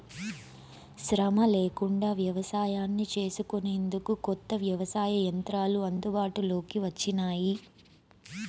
శ్రమ లేకుండా వ్యవసాయాన్ని చేసుకొనేందుకు కొత్త వ్యవసాయ యంత్రాలు అందుబాటులోకి వచ్చినాయి